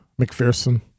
McPherson